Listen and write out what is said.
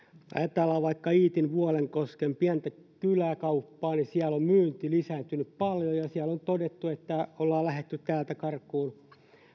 kun ajatellaan vaikka iitin vuolenkosken pientä kyläkauppaa niin siellä on myynti lisääntynyt paljon ja siellä on todettu että ollaan lähdetty täältä koronaa karkuun